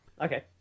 okay